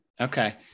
Okay